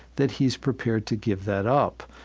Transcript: that he's prepared to give that up.